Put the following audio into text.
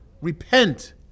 repent